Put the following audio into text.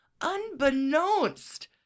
unbeknownst